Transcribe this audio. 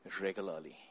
regularly